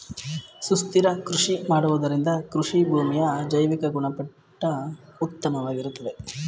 ಸುಸ್ಥಿರ ಕೃಷಿ ಮಾಡುವುದರಿಂದ ಕೃಷಿಭೂಮಿಯ ಜೈವಿಕ ಗುಣಮಟ್ಟ ಉತ್ತಮವಾಗಿರುತ್ತದೆ